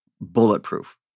bulletproof